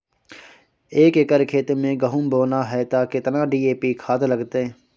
एक एकर खेत मे गहुम बोना है त केतना डी.ए.पी खाद लगतै?